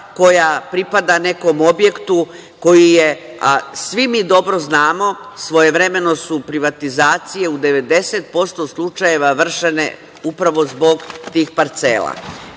koja pripada nekom objektu. Svi mi dobro znamo da su svojevremeno privatizacije u 90% slučajeva vršene upravo zbog tih parcela.